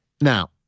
Now